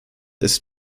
ist